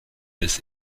des